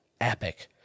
epic